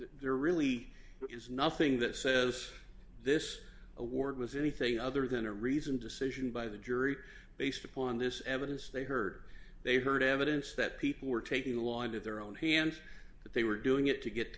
there really is nothing that says this award was anything other than a reasoned decision by the jury based upon this evidence they heard they heard evidence that people were taking the law into their own hands that they were doing it to get